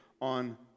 on